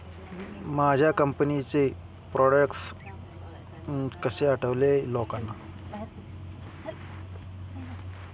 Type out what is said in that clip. माझ्या कंपनीचे प्रॉडक्ट कसे आवडेल लोकांना?